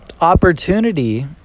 Opportunity